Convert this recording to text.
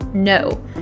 No